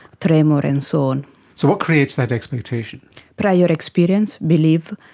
tremor and so on. so what creates that expectation? but yeah experience, belief,